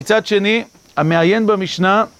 מצד שני, המעיין במשנה